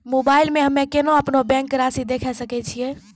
Mobile मे हम्मय केना अपनो बैंक रासि देखय सकय छियै?